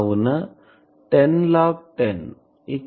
కావున 10 log 10